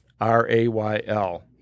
R-A-Y-L